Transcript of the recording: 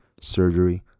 surgery